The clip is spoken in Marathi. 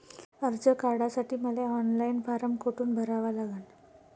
कर्ज काढासाठी मले ऑनलाईन फारम कोठून भरावा लागन?